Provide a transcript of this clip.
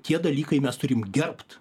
tie dalykai mes turim gerbt